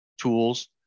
tools